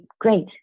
great